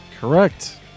Correct